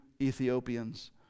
Ethiopians